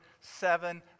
seven